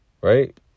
Right